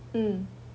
mm